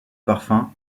parfum